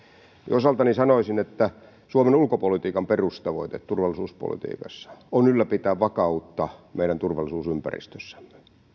osaltani sanoisin että suomen ulkopolitiikan perustavoite turvallisuuspolitiikassa on ylläpitää vakautta meidän turvallisuusympäristössämme